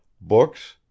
books